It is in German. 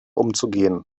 umzugehen